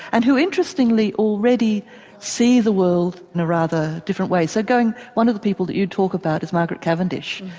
and who interestingly already see the world in a rather different way. so going one of the people that you talk about is margaret cavendish,